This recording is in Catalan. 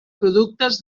productes